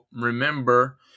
remember